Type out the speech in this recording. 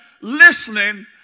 listening